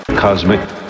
cosmic